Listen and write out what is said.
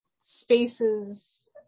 spaces